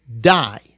die